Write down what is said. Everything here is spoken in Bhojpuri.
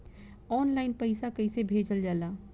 ऑनलाइन पैसा कैसे भेजल जाला?